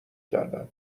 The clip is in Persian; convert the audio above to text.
کردم